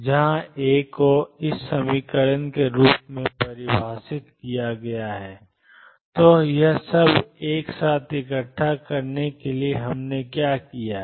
जहां a को ⟨xppx⟩2 ⟨x⟩⟨p⟩ के रूप में परिभाषित किया गया है तो यह सब एक साथ इकट्ठा करने के लिए हमने क्या किया है